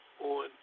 on